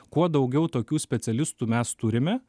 kuo daugiau tokių specialistų mes turime